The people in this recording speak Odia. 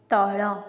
ତଳ